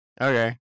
Okay